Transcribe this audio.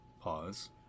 pause